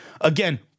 Again